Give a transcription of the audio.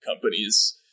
companies